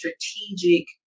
strategic